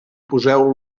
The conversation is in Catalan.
poseu